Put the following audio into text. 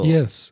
Yes